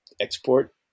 export